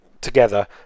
together